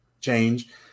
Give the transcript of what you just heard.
change